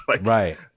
Right